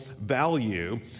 value